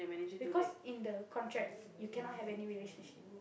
because in the contract you cannot have any relationship